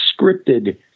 scripted